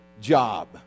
job